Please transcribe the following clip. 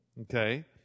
okay